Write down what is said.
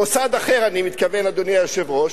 מוסד אחר אני מתכוון, אדוני היושב-ראש.